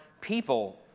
people